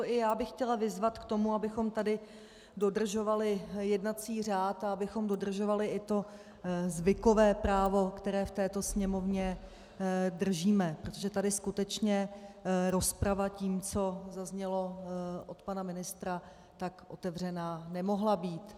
I já bych chtěla vyzvat k tomu, abychom tady dodržovali jednací řád a abychom dodržovali i to zvykové právo, které v této Sněmovně držíme, protože tady skutečně rozprava tím, co zaznělo od pana ministra, otevřena nemohla být.